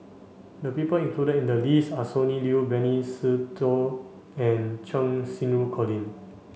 the people included in the list are Sonny Liew Benny Se Teo and Cheng Xinru Colin